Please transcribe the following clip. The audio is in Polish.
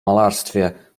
malarstwie